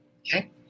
Okay